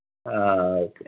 okay